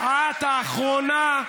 איך אתה חי טוב עם עצמך.